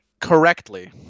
correctly